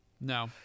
No